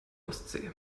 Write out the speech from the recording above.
ostsee